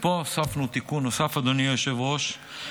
ופה הוספנו תיקון נוסף, אדוני היושב-ראש.